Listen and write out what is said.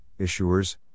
issuers